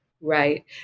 right